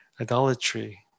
idolatry